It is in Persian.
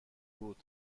بود